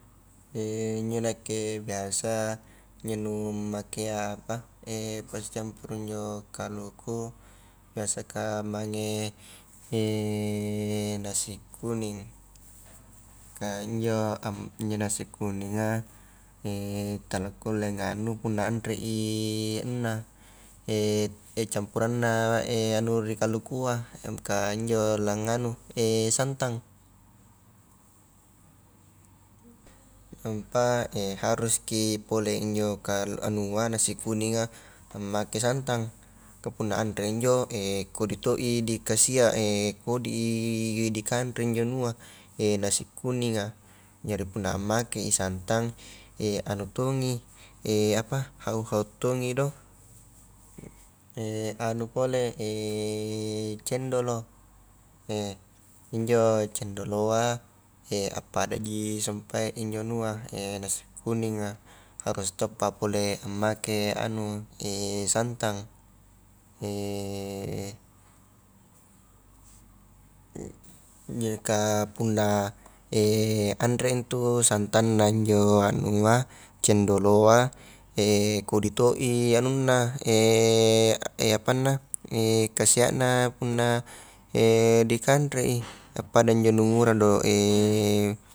injo nakke biasa, injo nu makea apa pasi campuru injo kaluku, biasa ka mange nasi kuning, ka injo am injo nasi kuninga tala kulle nganu punna anre i anunna campuranna anu ri kalukua ka injo la nganu santang, nampa haruski pole injoka anua nasi kuninga ammake santang, ka punna anre injo kodi toi di kasia kodi i dikanre injo anua nasi kuninga, jari punna ammakei santang anu tongi apa hau-hau tongi do, anu pole cendolo injo cendoloa appadaji injo sumpae anua nasi kuninga harus toppa pole ammake anu santan, jika punna anre itu santanna injo anua cendoloa kodi to i anunna apanna, kasia na punna dikanrei appada injo nu ngura do.